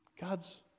God's